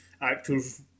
actors